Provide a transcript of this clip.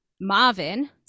Marvin